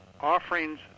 offerings